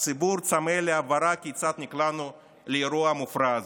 הציבור צמא להבהרה כיצד נקלענו לאירוע מופרע זה.